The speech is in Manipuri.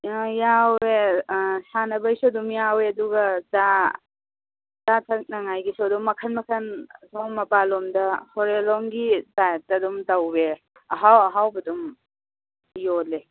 ꯑ ꯌꯥꯎꯑꯦ ꯁꯥꯟꯅꯕꯒꯤꯁꯨ ꯑꯗꯨꯝ ꯌꯥꯎꯑꯦ ꯑꯗꯨꯒ ꯆꯥ ꯆꯥ ꯊꯛꯅꯉꯥꯏꯒꯤꯁꯨ ꯑꯗꯨꯝ ꯃꯈꯟ ꯃꯈꯟ ꯑꯁꯣꯝ ꯃꯄꯥꯜ ꯂꯣꯝꯗ ꯐꯣꯔꯦꯜ ꯂꯣꯝꯒꯤ ꯇꯥꯏꯞꯇ ꯑꯗꯨꯝ ꯇꯧꯑꯦ ꯑꯍꯥꯎ ꯑꯍꯥꯎꯕ ꯑꯗꯨꯝ ꯌꯣꯜꯂꯦ